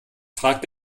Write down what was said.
fragt